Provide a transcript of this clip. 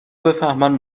بفهمن